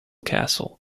castle